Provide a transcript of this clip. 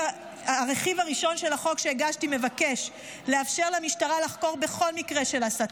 הרכיב הראשון של החוק שהגשתי מבקש לאפשר למשטרה לחקור בכל מקרה של הסתה.